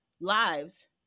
lives